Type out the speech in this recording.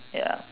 ya